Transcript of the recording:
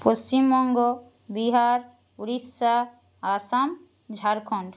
Paschimbanga Bihar Orissa Assam Jharkhand